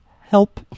Help